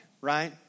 Right